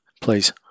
Please